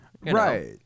right